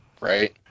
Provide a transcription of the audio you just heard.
Right